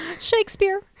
Shakespeare